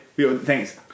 Thanks